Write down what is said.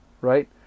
right